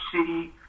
city